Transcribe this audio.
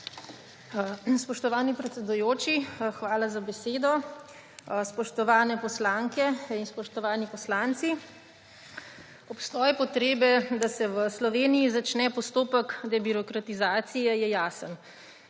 Spoštovani predsedujoči, hvala za besedo. Spoštovane poslanke in spoštovani poslanci! Obstoj potrebe, da se v Sloveniji začne postopek debirokratizacije, je jasen.